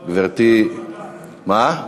גברתי, מה?